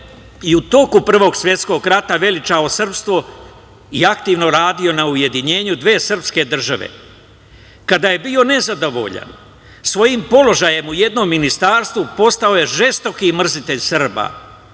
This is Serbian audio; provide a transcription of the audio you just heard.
i u toku Prvog svetskog rata veličao srpstvo i aktivno radio na ujedinjenju dve srpske države. Kada je bio nezadovoljan svojim položajem u jednom ministarstvu, postao je žestoki mrzitelj Srba.